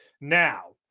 Now